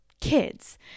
kids